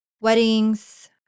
weddings